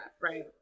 right